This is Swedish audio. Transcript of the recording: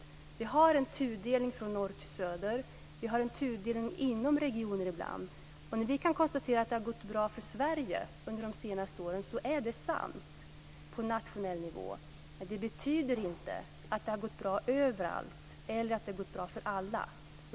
Vi har en tudelning från norr till söder. Vi har en tudelning inom regioner ibland. När vi kan konstatera att det har gått bra för Sverige under de senaste åren är det sant på nationell nivå. Men det betyder inte att det har gått bra överallt eller att det har gått bra för alla.